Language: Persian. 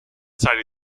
سریع